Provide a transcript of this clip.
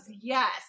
yes